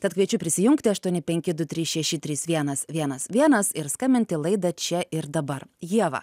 tad kviečiu prisijungti aštuoni penki du trys šeši trys vienas vienas vienas ir skambinti į laidą čia ir dabar ieva